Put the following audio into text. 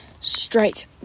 straight